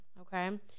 okay